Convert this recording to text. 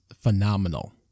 phenomenal